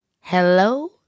hello